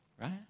right